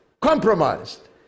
compromised